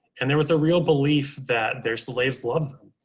and there was a real belief that their slaves loved them,